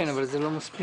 כן, אבל זה לא מספיק.